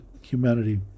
humanity